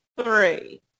Three